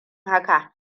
haka